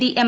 D M